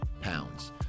pounds